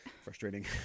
Frustrating